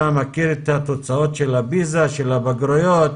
אתה מכיר את תוצאות הפיז"ה ושל הבגרויות,